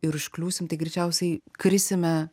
ir užkliūsim tai greičiausiai krisime